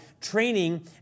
training